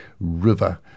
river